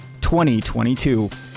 2022